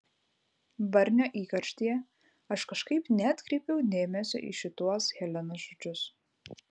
barnio įkarštyje aš kažkaip neatkreipiau dėmesio į šituos helenos žodžius